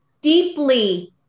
deeply